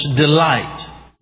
delight